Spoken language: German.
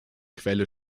quelle